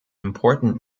important